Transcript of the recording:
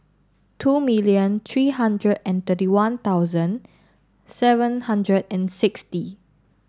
two million three hundred and thirty one thousand seven hundred and sixty